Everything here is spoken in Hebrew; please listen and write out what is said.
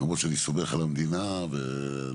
למרות שאני סומך על המדינה וזה,